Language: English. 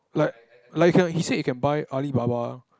like like can he said can buy Alibaba